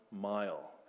mile